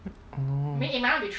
orh